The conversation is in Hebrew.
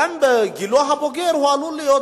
בגילו הבוגר הוא עלול להיות